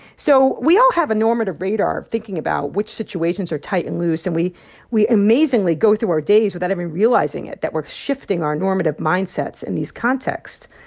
so we all have a normative radar thinking about which situations are tight and loose. and we we amazingly go through our days without even realizing it, that we're shifting our normative mindsets in these contexts.